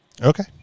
okay